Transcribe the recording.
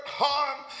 harm